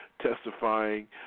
Testifying